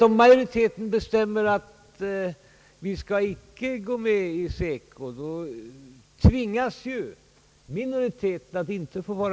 Om majoriteten bestämmer att man inte skall gå med i SECO, skulle minoriteten på samma sätt tvingas att inte vara med.